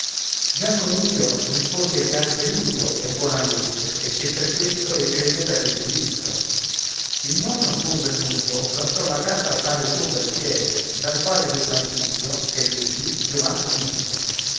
gian coniglio rispose che anche l'uso è buona legge e che per questo ei crede d'aver diritto il nonno suo belmuso lasciò la casa al padre suo belpiede dal quale venne al figlio ch'è lui giovan coniglio